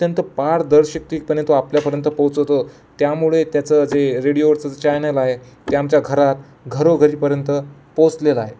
अत्यंत पारदर्शकते पर्यंत आपल्यापर्यंत पोचवतो त्यामुळे त्याचं जे रेडिओवरचं ज चॅनल आहे ना जे आमच्या घरात घरोघरीपर्यंत पोचलेलं आहे